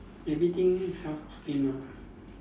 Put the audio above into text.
everything self sustain ah